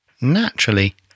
Naturally